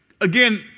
Again